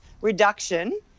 reduction